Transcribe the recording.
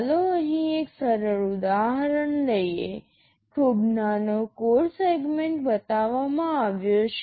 ચાલો અહીં એક સરળ ઉદાહરણ લઈએ ખૂબ નાનો કોડ સેગમેન્ટ બતાવવામાં આવ્યો છે